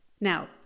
Now